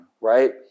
Right